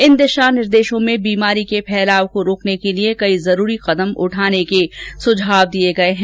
इन दिशा निर्देशों में बीमारी के फैलाव को रोकने के लिए कई जरूरी कदम उठाने के सुणव दिए गए हैं